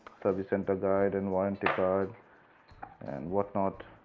service center guide and warranty card and what not.